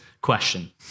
question